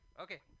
Okay